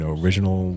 original